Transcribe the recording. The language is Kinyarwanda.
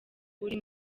uri